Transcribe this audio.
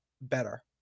better